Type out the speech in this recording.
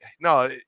no